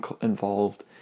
involved